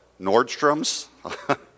Nordstrom's